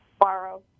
borrow